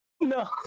No